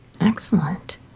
Excellent